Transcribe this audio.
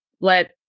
let